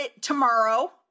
tomorrow